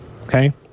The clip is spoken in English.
Okay